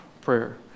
prayer